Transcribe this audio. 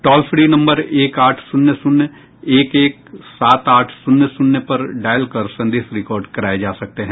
toll free number एक आठ शून्य शून्य एक एक सात आठ शून्य शून्य पर डायल कर संदेश रिकॉर्ड कराये जा सकते हैं